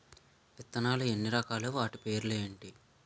విత్తనాలు ఎన్ని రకాలు, వాటి పేర్లు ఏంటి?